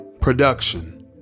Production